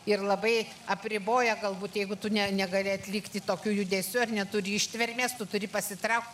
ir labai apriboja galbūt jeigu tu ne negali atlikti tokių judesių ar neturi ištvermės tu turi pasitraukti